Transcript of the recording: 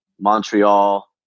Montreal